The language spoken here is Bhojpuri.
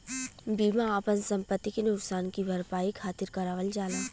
बीमा आपन संपति के नुकसान की भरपाई खातिर करावल जाला